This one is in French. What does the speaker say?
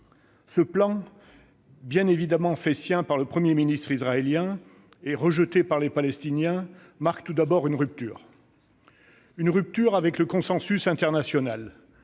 Ce plan, bien évidemment fait sien par le Premier ministre israélien et rejeté par les Palestiniens, marque tout d'abord une rupture. Une rupture avec le consensus international,